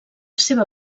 seva